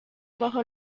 bajo